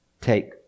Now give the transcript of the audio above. Take